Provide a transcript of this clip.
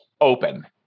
open